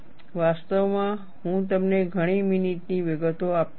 વાસ્તવમાં હું તમને ઘણી મિનિટની વિગતો આપતો નથી